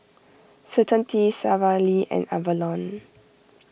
Certainty Sara Lee and Avalon